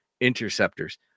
interceptors